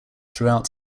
throughout